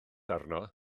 arno